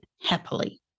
happily